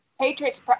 Patriots